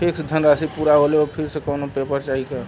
Fix धनराशी पूरा होले पर फिर से कौनो पेपर चाही का?